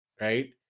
Right